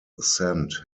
scent